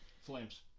Flames